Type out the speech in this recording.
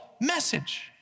message